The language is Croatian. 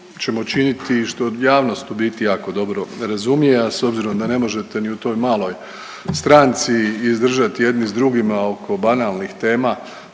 ćemo činiti i što javnost u biti jako dobro razumije, a s obzirom da ne možete ni u toj maloj stranci izdržati jedni sa drugima oko banalnih tema